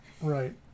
Right